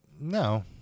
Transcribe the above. No